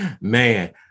Man